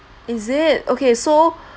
is it okay so